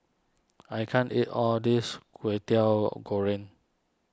I can't eat all of this Kwetiau Goreng